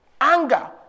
anger